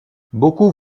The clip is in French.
beaucoup